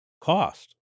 cost